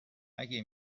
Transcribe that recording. اگه